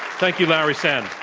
thank you, larry sand.